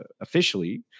officially